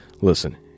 Listen